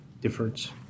difference